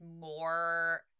more